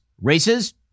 Races